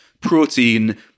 protein